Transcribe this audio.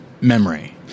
memory